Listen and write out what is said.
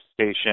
station